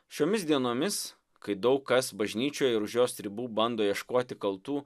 šiomis dienomis kai daug kas bažnyčioje ir už jos ribų bando ieškoti kaltų